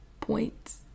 points